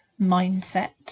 mindset